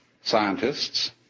scientists